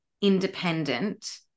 independent